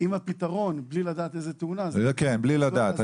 אם הפתרון הוא בלי לדעת איזו תאונה --- בלי לדעת.